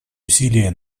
усилия